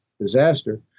disaster